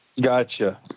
Gotcha